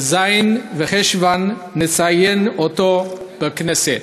בז' בחשוון, נציין אותו בכנסת.